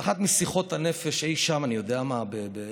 באחת משיחות הנפש אי שם ב-22:00,